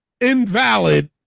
invalid